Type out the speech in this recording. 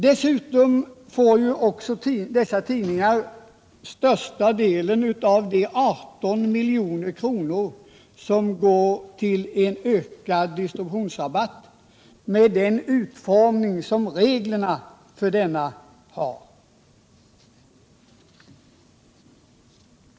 Dessutom får de stora dagstidningarna största delen av de 18 milj.kr. som anslås för ökning av samdistributionsrabatten enligt reglerna för denna.